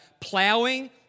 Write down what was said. plowing